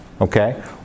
okay